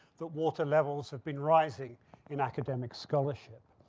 that water levels have been rising in academic scholarship.